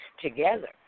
together